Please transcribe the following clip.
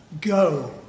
Go